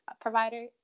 provider